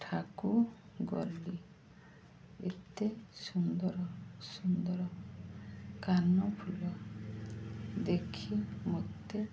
ଠାକୁ ଗଲି ଏତେ ସୁନ୍ଦର ସୁନ୍ଦର କାନଫୁଲ ଦେଖି ମୋତେ